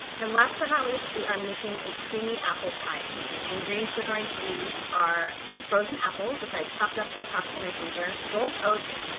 and last but not least, we are making a creamy apple pie smoothie. the ingredients we're going to use are frozen apples, which i chopped up and tossed in my freezer, rolled oats,